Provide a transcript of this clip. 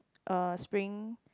uh spring